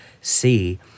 See